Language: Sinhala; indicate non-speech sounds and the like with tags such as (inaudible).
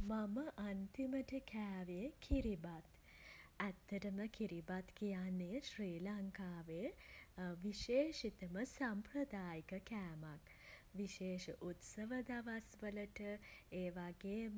මම අන්තිමට කෑවේ කිරිබත්. ඇත්තටම කිරිබත් කියන්නේ ශ්‍රී ලංකාවේ (hesitation) විශේෂිතම සම්ප්‍රදායික කෑමක්. විශේෂ උත්සව දවස් වලට (hesitation) ඒ වගේම